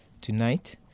Tonight